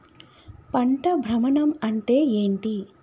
పంట భ్రమణం అంటే ఏంటి?